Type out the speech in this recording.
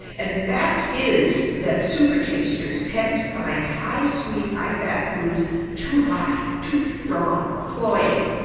and the fact is that supertasters tend to find high sweet high fat foods too high, too strong, cloying.